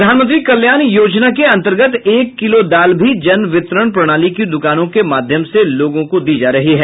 प्रधानमंत्री कल्याण योजना के अंतर्गत एक किलो दाल भी जन वितरण प्रणाली की दुकानों के माध्यम से लोगों को दी जा रही है